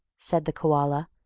said the koala.